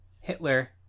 Hitler